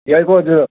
ꯌꯥꯏꯀꯣ ꯑꯗꯨ